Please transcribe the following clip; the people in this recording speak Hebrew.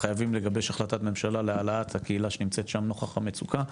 חייבים לגבש החלטת ממשלה להעלאת הקהילה שנמצאת שם נוכח המצוקה,